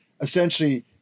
essentially